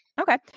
Okay